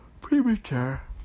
premature